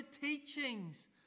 teachings